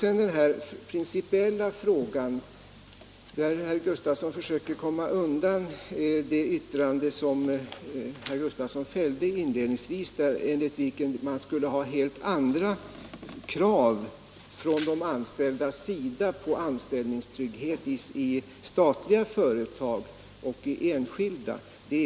I den principiella frågan försöker herr Gustavsson komma ifrån sitt yttrande, som han fällde inledningsvis om att de anställda skall ha helt andra krav på anställningstrygghet i statliga företag än i enskilda företag.